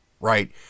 right